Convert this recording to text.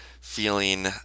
feeling